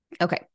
Okay